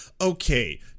Okay